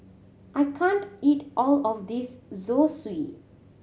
I can't eat all of this Zosui